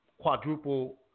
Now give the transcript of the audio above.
quadruple